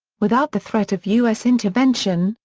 without the threat of u s. intervention,